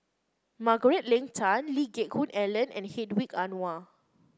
Margaret Leng Tan Lee Geck Hoon Ellen and Hedwig Anuar